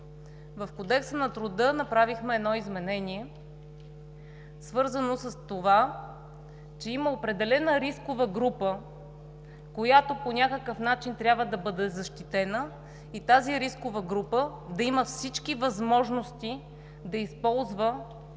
в Кодекса на труда направихме едно изменение, свързано с това, че има определена рискова група, която по някакъв начин трябва да бъде защитена и тази рискова група да има всички възможности да използва